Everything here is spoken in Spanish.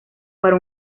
para